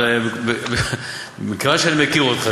אבל מכיוון שאני מכיר אותך,